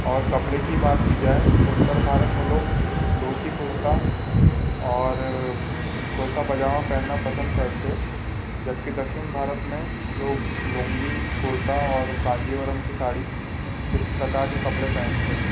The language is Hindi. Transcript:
और कपड़े की बात की जाए तो उत्तर भारत में लोग धोती कुर्ता और कुर्ता पैजामा पहनना पसंद करते जबकि दक्षिण भारत में लोग लुंगी कुर्ता और कांजीवरम की साड़ी इस प्रकार के कपड़े पहनते हैं